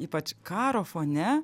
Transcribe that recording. ypač karo fone